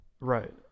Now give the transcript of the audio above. Right